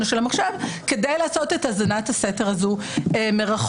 או של המחשב כדי לעשות את האזנת הסתר הזאת מרחוק,